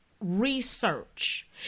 Research